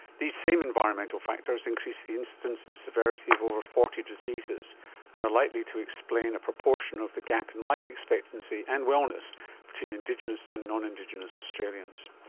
these same environmental factors increase the incidence and severity of over forty diseases and are likely to explain a proportion of the gap in life expectancy and wellness between indigenous and non-indigenous australians.